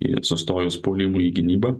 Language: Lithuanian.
į sustojus puolimui į gynybą